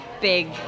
big